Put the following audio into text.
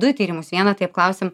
du tyrimus vieną tai apklausėm